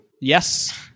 Yes